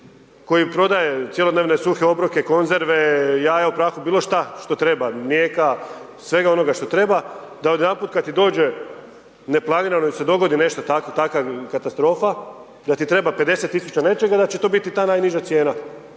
koji prodaje cjelodnevne suhe obroke, konzerve, jaja u prahu, bilo šta što treba, mlijeka, svega onoga što treba da odjedanput kada ti kaže neplanirano ili se dogodi nešto takvo, takva katastrofa da ti treba 50 tisuća nečega da će to biti ta najniža cijena.